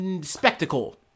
spectacle